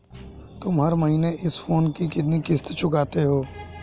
तुम हर महीने इस फोन की कितनी किश्त चुकाते हो?